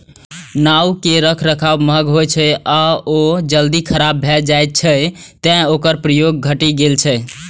नाव के रखरखाव महग होइ छै आ ओ जल्दी खराब भए जाइ छै, तें ओकर प्रयोग घटि गेल छै